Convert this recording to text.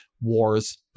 wars